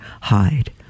hide